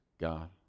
God